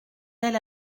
elle